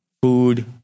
Food